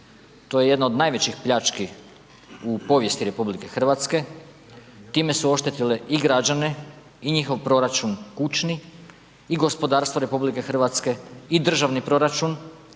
To je jedna od najvećih pljački u povijesti RH, time su oštetile i građane i njihov proračun kućni i gospodarstvo RH i državni proračun.